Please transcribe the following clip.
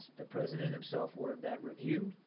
the president himself ordered that review.